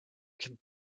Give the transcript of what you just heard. can